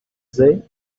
say